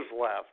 left